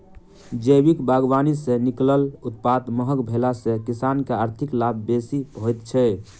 जैविक बागवानी सॅ निकलल उत्पाद महग भेला सॅ किसान के आर्थिक लाभ बेसी होइत छै